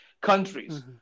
countries